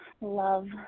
love